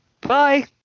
Bye